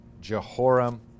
Jehoram